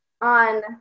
on